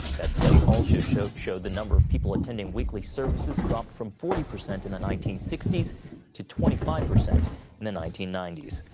that study also showed showed the number of people attending weekly services dropped from forty percent in the nineteen sixty s to twenty five percent in the nineteen ninety s.